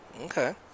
Okay